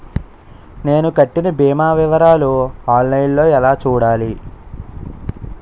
నేను కట్టిన భీమా వివరాలు ఆన్ లైన్ లో ఎలా చూడాలి?